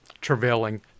travailing